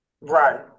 right